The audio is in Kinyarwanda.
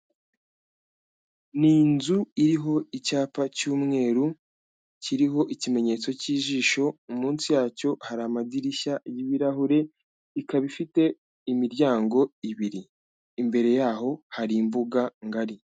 Ninzu iriho icyapa cy'umweru kiriho ikimenyetso cy'ijisho munsi yacyo hari amadirishya y'ibirahure ikaba ifite imiryango ibiri, imbere yaho hari imbuga ngari.